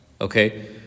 Okay